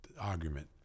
argument